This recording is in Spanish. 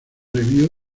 review